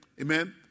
amen